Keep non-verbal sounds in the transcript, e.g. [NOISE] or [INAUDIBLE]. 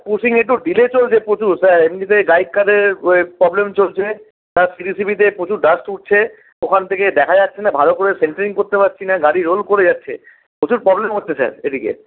pushing একটু delay চলছে প্রচুর স্যার এমনিতেই গাইড কারের প্রবলেম চলছে [UNINTELLIGIBLE] সিভিসিভিতে প্রচুর ডাস্ট উড়ছে ওখান থেকে দেখা যাচ্ছেনা ভালো করে সেন্টারিং করতে পারছি না গাড়ি রোল করে যাচ্ছে প্রচুর প্রবলেম হচ্ছে স্যার এদিকে